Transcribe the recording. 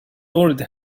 already